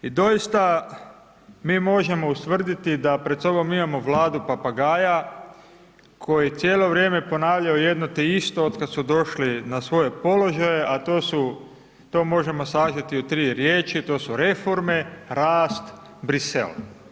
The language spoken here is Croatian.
I doista, mi možemo ustvrditi da pred sobom imamo Vladu papagaja koji cijelo vrijeme ponavljaju jedno te isto otkad su došli na svoje položaje, a to možemo sažeti u 3 riječi, to su reforme, rast, Brisel.